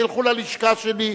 תלכו ללשכה שלי,